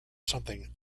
something